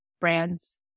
brands